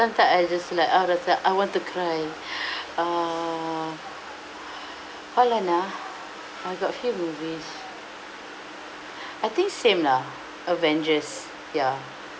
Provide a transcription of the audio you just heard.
sometimes I just like I was like I want to cry uh hold on ah I got few movies I think same lah avengers ya